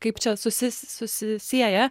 kaip čia susi susisieja